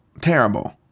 terrible